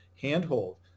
handhold